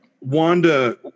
Wanda